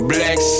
Black